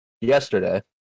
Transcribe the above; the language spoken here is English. Yesterday